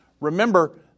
remember